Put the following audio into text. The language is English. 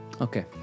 Okay